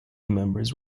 members